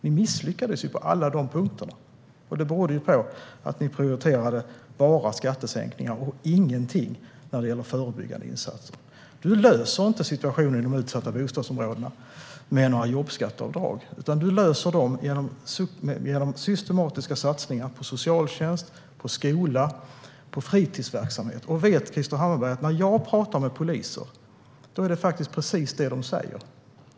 Ni misslyckades på alla dessa punkter. Det berodde på att ni bara prioriterade skattesänkningar och inte gjorde någonting när det gäller förebyggande insatser. Man löser inte situationen i de utsatta bostadsområdena med några jobbskatteavdrag, utan man löser dem genom systematiska satsningar på socialtjänst, skola och fritidsverksamhet. Vet Krister Hammarbergh att när jag talar med poliser är det precis detta de säger?